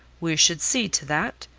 we should see to that.